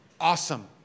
awesome